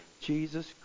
Jesus